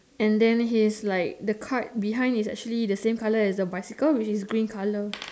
and then he's like the cart behind is actually the same colour as the bicycle which is green colour